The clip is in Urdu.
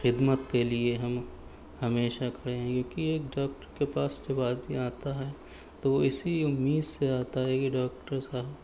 خدمت کے لیے ہم ہمیشہ کھڑے ہیں کیونکہ ایک ڈاکٹر کے پاس جب آدمی آتا ہے تو اسی امید سے آتا ہے کہ ڈاکٹر صاحب